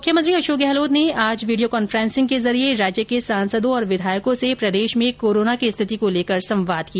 मुख्यमंत्री अशोक गहलोत ने आज वीडियो कांफ्रेंसिंग के जरिये राज्य के सांसदों और विधायकों से प्रदेश में कोरोना की स्थिति को लेकर संवाद किया